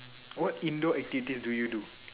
what indoor activities do you do